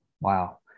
Wow